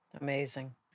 Amazing